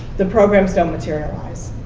the programs don't materialize.